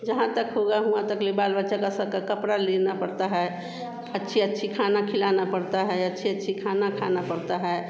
जहाँ तक हुआ हुआ तक ले बाल बच्चा का सबके कपड़े लेना पड़ता है अच्छे अच्छे खाने खिलाना पड़ता है अच्छा अच्छा खाना खाना पड़ता है